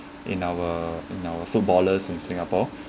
in our in our footballers in singapore